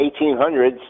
1800s